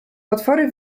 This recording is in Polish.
potwory